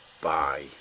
bye